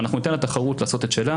אבל אנחנו ניתן לתחרות לעשות את שלה